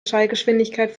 schallgeschwindigkeit